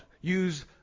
use